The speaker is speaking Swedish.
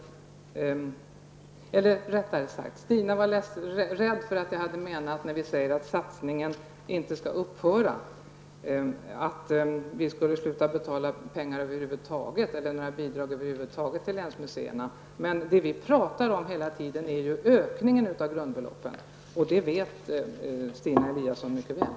Hon var rädd för att vi hade menat -- när vi säger att satsningarna inte skall upphöra -- att vi skulle sluta att betala bidrag över huvud taget till länsmusserna. Men det vi talar om hela tiden är ökningen av grundbeloppen, och det vet Stina Eliasson mycket väl.